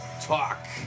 Talk